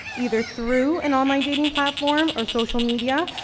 either through an online dating platform or social media,